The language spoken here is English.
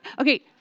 Okay